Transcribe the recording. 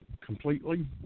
completely